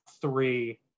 three